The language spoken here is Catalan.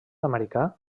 americà